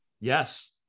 Yes